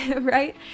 right